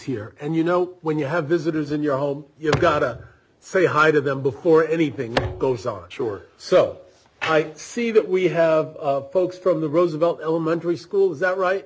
here and you know when you have visitors in your home you gotta say hi to them before anything goes on sure so i see that we have folks from the roosevelt elementary school is that right